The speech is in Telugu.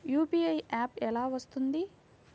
యూ.పీ.ఐ యాప్ ఎలా వస్తుంది?